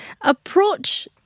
approach